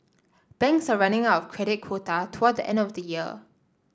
banks are running of credit quota toward the end of the year